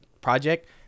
project